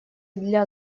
для